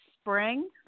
spring